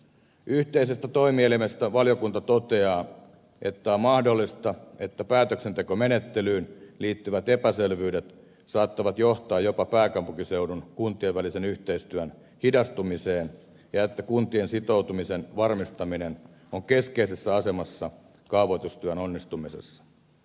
yhteisestä toimielimestä valiokunta toteaa että on mahdollista että päätöksentekomenettelyyn liittyvät epäselvyydet saattoivat johtaa jopa pääkaupunkiseudun kuntien välisen yhteistyön hidastumiseen ja että kuntien sitoutumisen varmistaminen on keskeisessä asemassa kaavoitustyön onnistumisessa